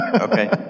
Okay